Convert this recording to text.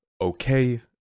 okay